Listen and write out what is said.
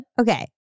okay